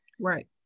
Right